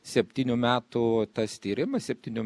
septynių metų tas tyrimas septynių